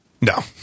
no